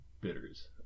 bitters